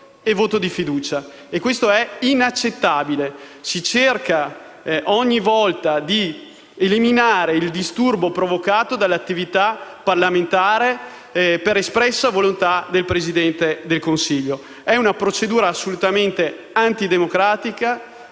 è inaccettabile. Si cerca ogni volta di eliminare il disturbo provocato dall'attività parlamentare per espressa volontà del Presidente del Consiglio. È una procedura assolutamente antidemocratica